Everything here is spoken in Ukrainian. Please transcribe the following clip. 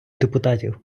депутатів